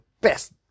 best